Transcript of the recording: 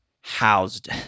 housed